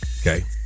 Okay